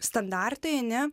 standartai ane